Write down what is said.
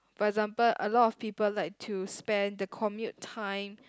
for example a lot of people like to spend the commute time